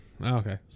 Okay